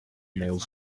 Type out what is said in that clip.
male